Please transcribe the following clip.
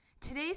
Today's